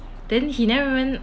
then he never ever